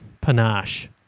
panache